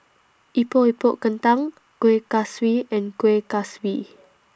Epok Epok Kentang Kuih Kaswi and Kueh Kaswi